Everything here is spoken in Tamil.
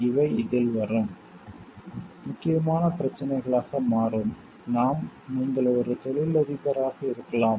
இவை இதில் வரும் முக்கியமான பிரச்சினைகளாக மாறும் நாம் நீங்கள் ஒரு தொழிலதிபராக இருக்கலாம்